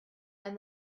and